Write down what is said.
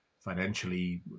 financially